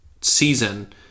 season